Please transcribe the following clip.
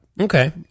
Okay